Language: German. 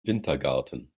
wintergarten